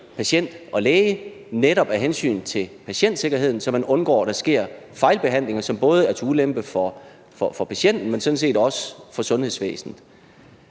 patient og læge netop af hensyn til patientsikkerheden, så man undgår, at der sker fejlbehandlinger, som både er til ulempe for patienten, men sådan set også for sundhedsvæsenet.